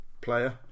player